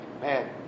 Man